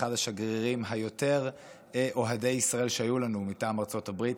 אחד השגרירים היותר-אוהדי ישראל שהיו לנו מטעם ארצות הברית,